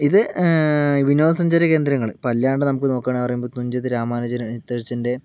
ഇത് വിനോദസഞ്ചാര കേന്ദ്രങ്ങൾ ഇപ്പം അല്ലാണ്ട് നമുക്ക് നോക്കുകയാണ് എന്ന് പറയുമ്പോൾ തുഞ്ചത്ത് രാമാനുജൻ എഴുത്തച്ഛൻ്റെ